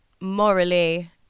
morally